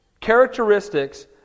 characteristics